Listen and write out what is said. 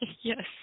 Yes